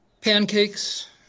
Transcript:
Pancakes